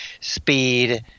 speed